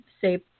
say